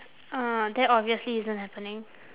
uh that obviously isn't happening